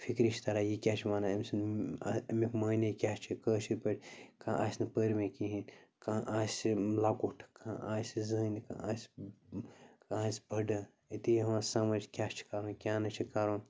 فِکرِ چھِ تَران یہِ کیٛاہ چھِ وَنان أمۍ سُنٛد اَمیُک معنی کیٛاہ چھِ کٲشِر پٲٹھۍ کانٛہہ آسہِ نہٕ پٔرِوٕنۍ کِہیٖنۍ کانٛہہ آسہِ لۄکُٹ کانٛہہ آسہِ زٔنۍ کانٛہہ آسہِ کانٛہہ آسہِ بٕڑٕ أتی یِوان سمٕجھ کیٛاہ چھِ کَرُن کیٛاہ نہٕ چھِ کَرُن